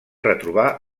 retrobar